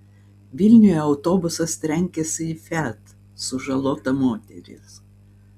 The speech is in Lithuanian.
vilniuje autobusas trenkėsi į fiat sužalota moteris